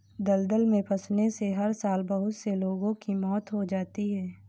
दलदल में फंसने से हर साल बहुत से लोगों की मौत हो जाती है